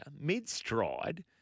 mid-stride